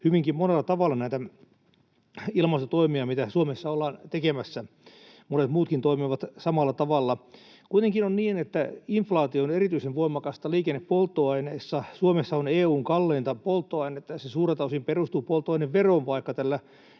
hyvinkin monella tavalla näitä ilmastotoimia, mitä Suomessa ollaan tekemässä. Monet muutkin toimivat samalla tavalla. Kuitenkin on niin, että inflaatio on erityisen voimakasta liikennepolttoaineissa. Suomessa on EU:n kalleinta polttoainetta, ja se suurelta osin perustuu polttoaineveroon, vaikka tällä